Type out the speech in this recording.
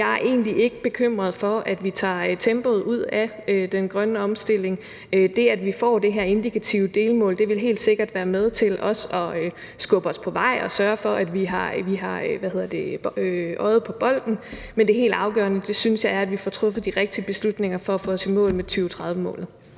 jeg er egentlig ikke bekymret for, at vi tager tempoet ud af den grønne omstilling. Det, at vi får det her indikative delmål, vil helt sikkert også være med til at skubbe os på vej og sørge for, at vi holder øjet på bolden. Men det helt afgørende synes jeg er, at vi får truffet de rigtige beslutninger for at komme i mål med 2030-målene.